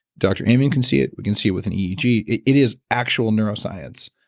dr amen can see it, we can see it with an eeg, it it is actual neuroscience.